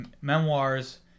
memoirs